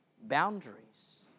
boundaries